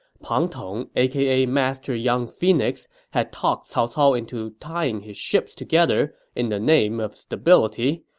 pang tong, aka master young phoenix, had talked cao cao into tying his ships together in the name of stability,